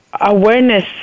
awareness